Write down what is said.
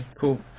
cool